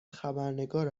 خبرنگار